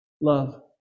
Love